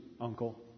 uncle